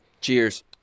Cheers